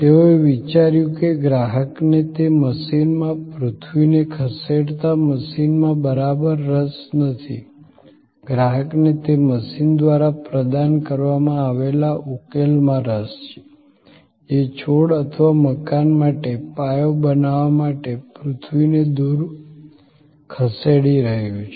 તેઓએ વિચાર્યું કે ગ્રાહકને તે મશીનમાં પૃથ્વીને ખસેડતા મશીનમાં બરાબર રસ નથી ગ્રાહકને તે મશીન દ્વારા પ્રદાન કરવામાં આવેલા ઉકેલમાં રસ છે જે છોડ અથવા મકાન માટે પાયો બનાવવા માટે પૃથ્વીને દૂર ખસેડી રહ્યું છે